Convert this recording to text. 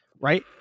right